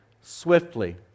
swiftly